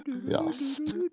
Yes